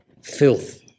filth